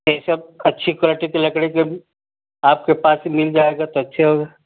यह सब अच्छी क्वालिटी की लकड़ी के आपके पास मिल जाएगा तो अच्छा होगा